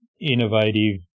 innovative